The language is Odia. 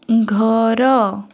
ଘର